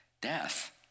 death